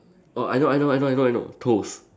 oh I know I know I know I know toast